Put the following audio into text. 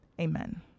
Amen